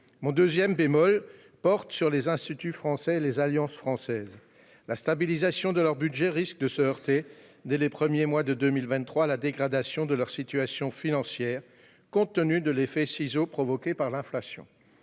Mon deuxième bémol porte sur les instituts français et les alliances françaises. La stabilisation de leur budget risque de se heurter, dès les premiers mois de l'année 2023, à la dégradation de leur situation financière compte tenu de l'effet ciseaux provoqué par l'inflation.